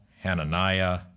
Hananiah